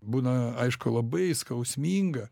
būna aišku labai skausminga